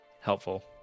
Helpful